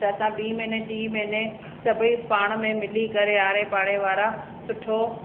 त असां ॿी महिने टी महिने सभई पाण में मिली करे आड़े पाड़े वारा सुठो